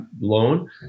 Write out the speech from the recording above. loan